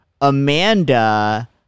Amanda